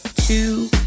Two